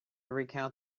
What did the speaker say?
recount